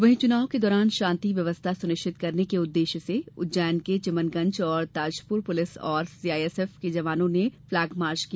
वहीं चुनाव के दौरान शान्ति व्यवस्था सुनिश्चित करने के उददेश्य से उज्जैन के चिमनगंज और ताजपुर पुलिस और सीआईएसएफ के जवानो ने फ्लेगमार्च किया